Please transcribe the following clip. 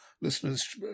listeners